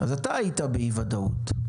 אז אתה היית באי ודאות.